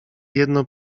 jedno